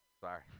Sorry